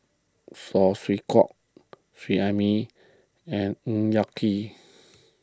Saw Swee Hock Seet Ai Mee and Ng Yak Whee